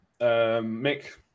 Mick